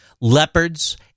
leopards